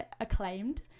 acclaimed